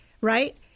right